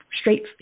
straight